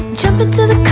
jump into the